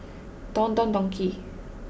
Don Don Donki